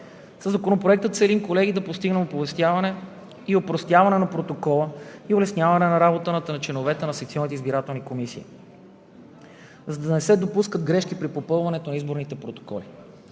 Със Законопроекта целим, колеги, да постигнем оповестяване и опростяване на протокола и улесняване работата на членовете на секционните избирателни комисии, за да не се допускат грешки при попълването на изборните протоколи.